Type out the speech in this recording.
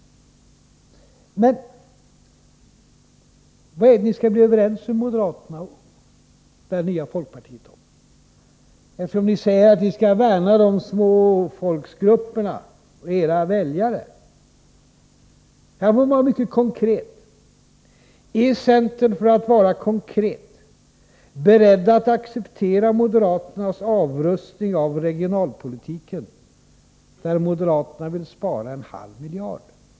Vad är det ni skall bli överens med moderaterna och det nya folkpartiet om, eftersom ni säger att ni skall värna småfolksgrupperna och era väljare? Här borde man vara mycket konkret. Är centern, för att vara konkret, beredd att acceptera moderaternas avrustning av regionalpolitiken, där moderaterna vill spara en halv miljard?